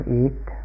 eat